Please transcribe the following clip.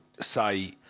say